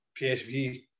PSV